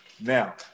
now